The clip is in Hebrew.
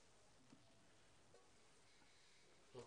אני כבר שמעתי בפעם שעברה